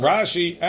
Rashi